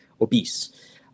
obese